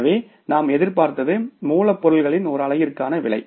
எனவே நாம் எதிர்பார்த்தது மூலப்பொருளின் ஒரு அலகிற்கான விலை